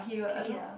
can eat ah